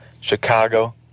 Chicago